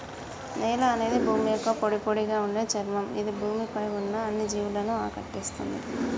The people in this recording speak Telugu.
నేల అనేది భూమి యొక్క పొడిపొడిగా ఉండే చర్మం ఇది భూమి పై ఉన్న అన్ని జీవులను ఆకటేస్తుంది